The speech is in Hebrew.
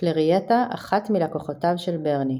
פלרייטה – אחת מלקוחותיו של ברני.